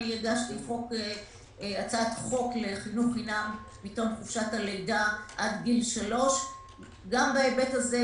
הגשתי הצעת חוק לחינוך חינם מתום חופשת הלידה עד גיל 3. גם בהיבט הזה,